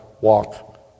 walk